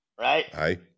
right